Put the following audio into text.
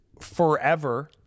forever